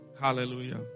Hallelujah